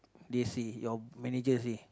they see your manager see